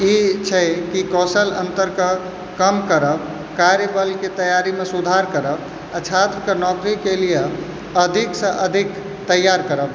ई छै कि कौशल अन्तरके कम करब कार्य बलके तैयारीमे सुधार करब आओर छात्रके नौकरीके लिए अधिकसँ अधिक तैयार करब